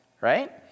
right